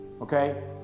okay